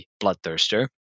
Bloodthirster